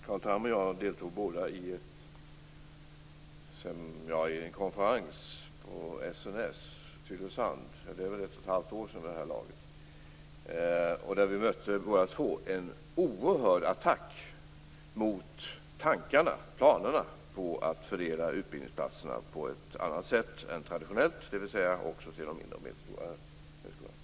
Fru talman! Carl Tham och jag deltog båda i en konferens på SNS i Tylösand för ett och halvt år sedan. Där mötte vi båda en oerhörd attack mot tankarna, planerna på att fördela utbildningsplatserna på ett annat sätt än traditionellt, dvs. också till de mindre och medelstora högskolorna.